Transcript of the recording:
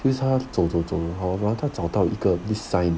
he was like 走走走吧他找到一个 design